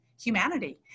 humanity